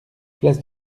place